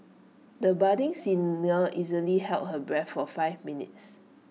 the budding singer easily held her breath for five minutes